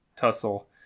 tussle